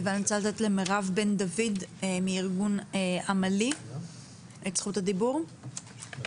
מירב בן דוד מארגון עמלי, בבקשה.